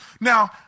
Now